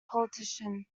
politician